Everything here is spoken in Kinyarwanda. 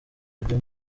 radio